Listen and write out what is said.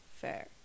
fair